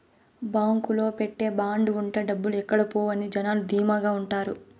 బాంకులో పెట్టే బాండ్ ఉంటే డబ్బులు ఎక్కడ పోవు అని జనాలు ధీమాగా ఉంటారు